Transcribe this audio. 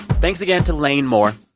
thanks again to lane moore.